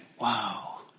wow